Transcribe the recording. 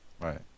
right